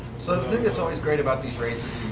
so the thing that's always great about these races,